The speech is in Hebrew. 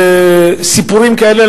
סיפורים כאלה,